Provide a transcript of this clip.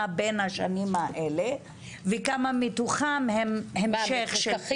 בין השנים האלה וכמה מתוכם הם המשך של פיקוח?